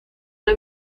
una